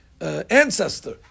ancestor